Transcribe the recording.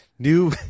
New